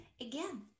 again